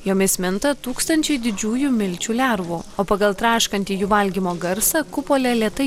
jomis minta tūkstančiai didžiųjų milčių lervų o pagal traškantį jų valgymo garsą kupolė lėtai